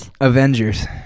Avengers